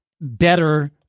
better